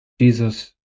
Jesus